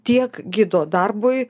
tiek gido darbui